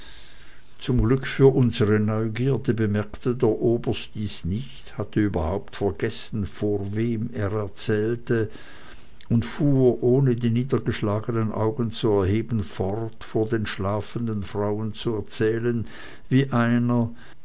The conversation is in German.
zum glück für unsere neugierde bemerkte der oberst dies nicht hatte überhaupt vergessen vor wem er erzählte und fuhr ohne die niedergeschlagenen augen zu erheben fort vor den schlafenden frauen zu erzählen wie einer